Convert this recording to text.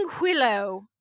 Willow